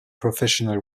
professional